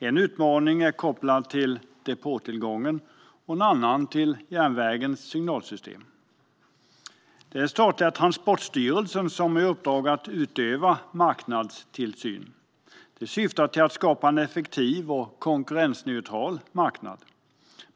En utmaning är kopplad till depåtillgången och en annan till järnvägens signalsystem. Det är statliga Transportstyrelsen som har i uppdrag att utöva marknadstillsyn, vilket syftar till att skapa en effektiv och konkurrensneutral marknad.